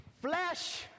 flesh